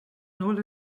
nôl